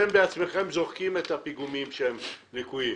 אתם בעצמכם זורקים את הפיגומים הלקויים.